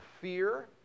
fear